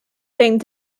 thing